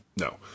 no